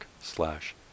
slash